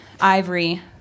ivory